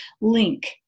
link